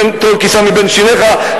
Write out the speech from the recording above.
טול קיסם מבין שיניך,